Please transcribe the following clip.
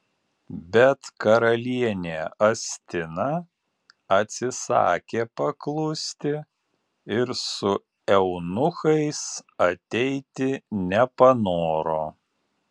bet karalienė astina atsisakė paklusti ir su eunuchais ateiti nepanoro